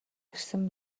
ирсэн